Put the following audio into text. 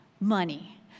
money